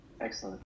excellent